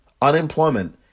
unemployment